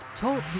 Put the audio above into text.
Talk